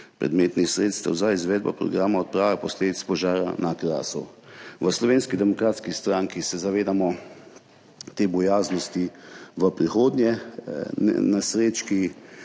predmetnih sredstev za izvedbo programa odprave posledic požara na Krasu. V Slovenski demokratski stranki se zavedamo te bojazni v prihodnje, nesreč,